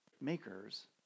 Makers